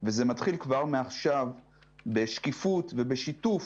וזה מתחיל כבר מעכשיו בשקיפות ובשיתוף